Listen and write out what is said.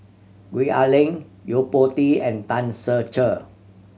Gwee Ah Leng Yo Po Tee and Tan Ser Cher